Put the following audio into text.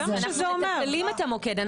אנחנו מתפעלים את המוקד,